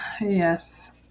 Yes